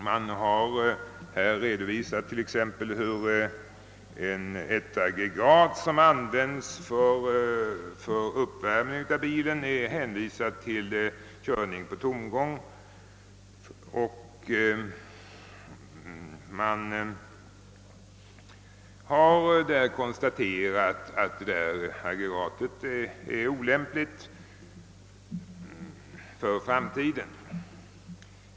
Man har framhållit att exempelvis ett aggregat som används för uppvärmning av bil är hänvisat till körning på tomgång, och man har konstaterat, att aggregatet är olämpligt för framtiden.